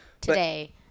today